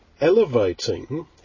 elevating